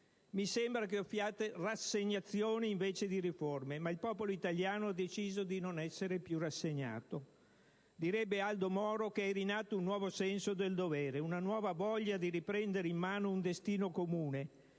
Mi sembra che offriate rassegnazioni invece di riforme, ma il popolo italiano ha deciso di non essere più rassegnato. Direbbe Aldo Moro che è rinato un nuovo senso del dovere, una nuova voglia di riprendere in mano un destino comune,